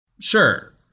Sure